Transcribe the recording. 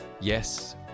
yes